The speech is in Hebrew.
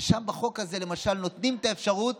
ששם בחוק הזה למשל נותנים את האפשרות